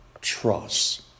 trust